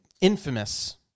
infamous